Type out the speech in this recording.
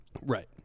Right